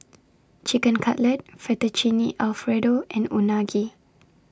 Chicken Cutlet Fettuccine Alfredo and Unagi